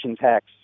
tax